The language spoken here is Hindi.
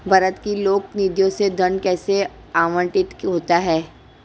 भारत की लोक निधियों से धन कैसे आवंटित होता है?